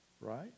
right